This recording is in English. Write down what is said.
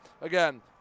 Again